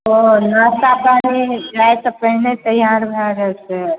ओ नाश्ता पानी जाइसँ पहिने तैयार भऽ जाइ छै